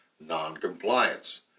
noncompliance